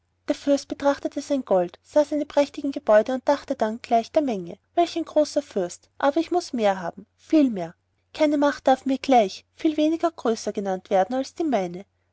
der fürst betrachtete sein gold sah seine prächtigen gebäude und dachte dann gleich der menge welch großer fürst aber ich muß mehr haben viel mehr keine macht darf mir gleich viel weniger größer genannt werden als die meine